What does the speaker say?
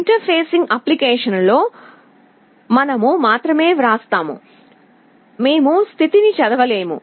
interfacing అప్లికేషన్లో మేము మాత్రమే వ్రాస్తూ ఉంటాము మేము స్థితిని చదవలేము